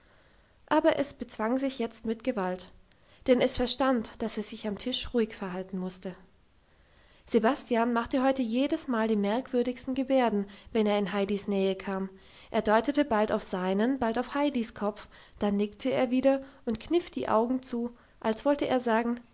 aber es bezwang sich jetzt mit gewalt denn es verstand dass es sich am tisch ruhig verhalten musste sebastian machte heute jedes mal die merkwürdigsten gebärden wenn er in heidis nähe kam er deutete bald auf seinen bald auf heidis kopf dann nickte er wieder und kniff die augen zu so als wollte er sagen